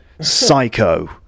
Psycho